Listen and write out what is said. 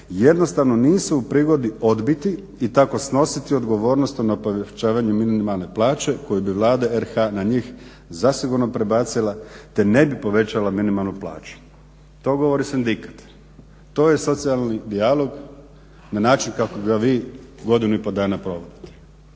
jednostavno nisu u prigodi odbiti i tako snositi odgovornost o nepovećavanju minimalne plaće koju bi Vlada RH na njih zasigurno prebacila te ne bi povećala minimalnu plaću. To govori sindikat. To je socijalni dijalog na način kako ga vi godinu i pol dana provodite.